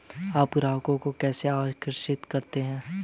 आप ग्राहकों को कैसे आकर्षित करते हैं?